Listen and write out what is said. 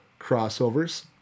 crossovers